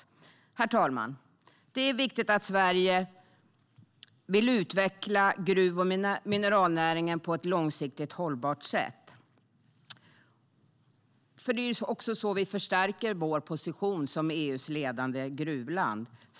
"Herr talman! Det är viktigt att Sverige vill utveckla gruv och mineralnäringen på ett långsiktigt hållbart sätt. Det är så vi förstärker vår position som EU:s ledande gruvland.